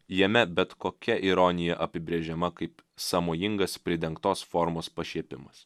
jame bet kokia ironija apibrėžiama kaip sąmojingas pridengtos formos pašiepimas